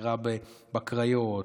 דקירה בקריות,